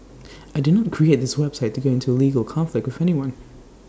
I did not create this website to go into A legal conflict with anyone